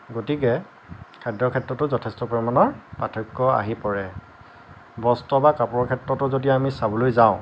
গতিকে খাদ্যৰ ক্ষেত্ৰতো যথেষ্ট পৰিমাণৰ পাৰ্থক্য আহি পৰে বস্ত্ৰ বা কাপোৰৰ ক্ষেত্ৰতো যদি আমি চাবলৈ যাওঁ